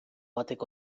batek